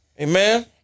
Amen